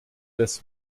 des